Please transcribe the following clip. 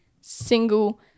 single